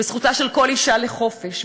זכותה של כל אישה לחופש.